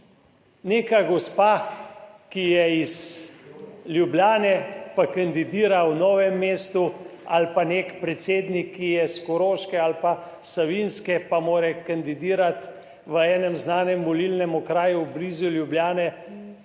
Neka gospa, ki je iz Ljubljane pa kandidira v Novem mestu ali pa nek predsednik, ki je s Koroške ali pa Savinjske, pa more kandidirati v enem znanem volilnem okraju blizu Ljubljane.